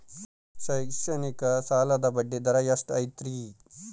ಶೈಕ್ಷಣಿಕ ಸಾಲದ ಬಡ್ಡಿ ದರ ಎಷ್ಟು ಐತ್ರಿ?